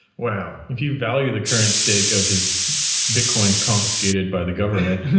well, if you value the current stake of his bitcoins confiscated by the government,